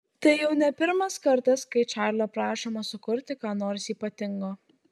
tai jau ne pirmas kartas kai čarlio prašoma sukurti ką nors ypatingo